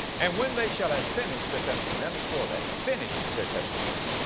and when they shall have finished their testimony, underscore that, finished their testimony.